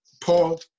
Paul